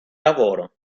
lavoro